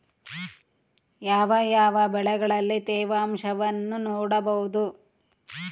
ಯಾವ ಯಾವ ಬೆಳೆಗಳಲ್ಲಿ ತೇವಾಂಶವನ್ನು ನೋಡಬಹುದು?